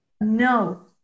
no